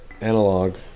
analog